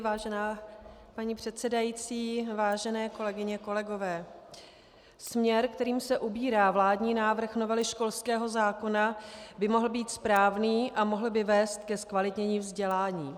Vážená paní předsedající, vážené kolegyně, kolegové, směr, kterým se ubírá vládní návrh novely školského zákona, by mohl být správný a mohl by vést ke zkvalitnění vzdělání.